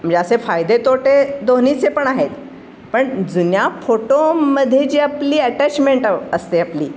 म्हणजे असे फायदे तोटे दोन्हीचे पण आहेत पण जुन्या फोटोमध्ये जी आपली अटॅचमेंट असते आपली